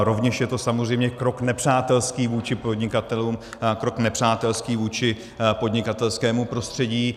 Rovněž je to samozřejmě krok nepřátelský vůči podnikatelům, krok nepřátelský vůči podnikatelskému prostředí.